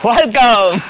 Welcome